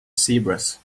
zebras